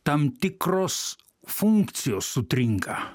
tam tikros funkcijos sutrinka